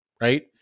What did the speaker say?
right